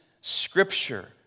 scripture